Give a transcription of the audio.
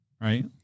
right